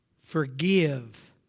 Forgive